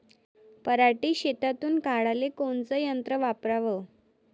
पराटी शेतातुन काढाले कोनचं यंत्र वापराव?